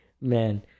Man